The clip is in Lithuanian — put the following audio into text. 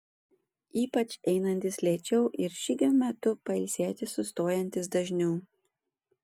ypač einantys lėčiau ir žygio metu pailsėti sustojantys dažniau